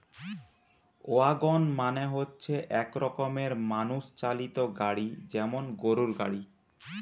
wagon মানে হচ্ছে এক রকমের মানুষ চালিত গাড়ি যেমন গরুর গাড়ি